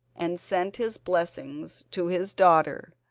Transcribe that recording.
and sent his blessing to his daughter,